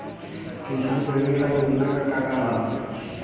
किसान credit card योजना के का का लाभ ह?